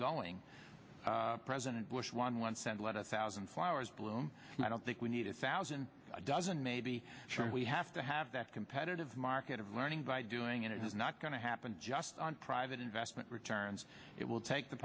going president bush won one send a lot of thousand flowers bloom and i don't think we need a thousand a dozen maybe sure we have to have that competitive market of learning by doing and it's not going to happen just on private investment returns it will take the